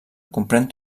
comprèn